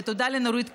ותודה לנורית קורן,